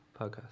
podcast